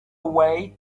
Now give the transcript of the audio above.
way